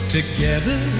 Together